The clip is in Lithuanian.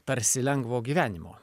tarsi lengvo gyvenimo